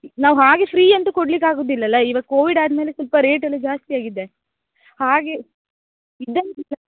ನಾವು ಹಾಗೆ ಫ್ರೀ ಅಂತೂ ಕೊಡ್ಲಿಕ್ಕಾಗೋದಿಲ್ಲಲ್ಲ ಇವಾಗ ಕೋವಿಡ್ ಆದ ಮೇಲೆ ಸ್ವಲ್ಪ ರೇಟೆಲ್ಲ ಜಾಸ್ತಿ ಆಗಿದೆ ಹಾಗೆ ಇದ್ದಂಗಿಲ್ಲ